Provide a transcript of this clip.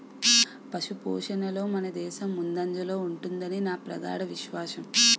పశుపోషణలో మనదేశం ముందంజలో ఉంటుదని నా ప్రగాఢ విశ్వాసం